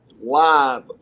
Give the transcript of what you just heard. live